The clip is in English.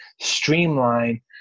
streamline